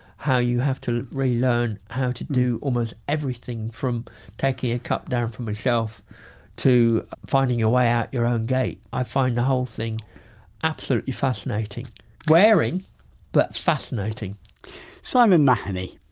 how you have to relearn how to do almost everything from taking a cup down from a shelf to finding your way out your own gate. i find the whole thing absolutely fascinating wearing but fascinating simon mahoney.